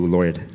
Lord